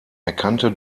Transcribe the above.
erkannte